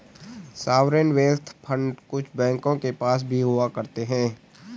sovereign wealth fund कुछ बैंकों के पास भी हुआ करते हैं